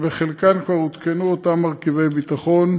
בחלקן כבר הותקנו אותם מרכיבי ביטחון,